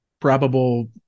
probable